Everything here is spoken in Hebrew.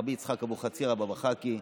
רבי יצחק אבוחצירא הבאבא חאקי,